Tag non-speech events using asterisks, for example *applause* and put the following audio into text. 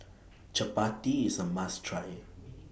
Chappati IS A must Try *noise*